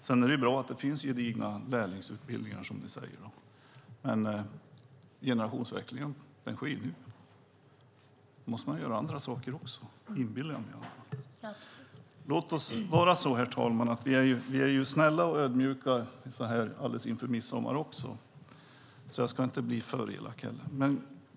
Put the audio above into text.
Sedan är det bra att det finns gedigna lärlingsutbildningar, som ni säger, men generationsväxlingen sker ju nu. Då måste man göra andra saker också, inbillar jag mig i alla fall. Herr talman! Vi är snälla och ödmjuka så här alldeles inför midsommar, så jag ska inte bli för elak heller.